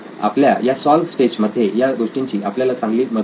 आपल्या या solve stage मध्ये या गोष्टीची आपल्याला चांगली मदत झाली